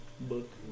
book